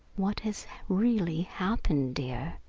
what has really happened, dear?